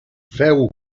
feu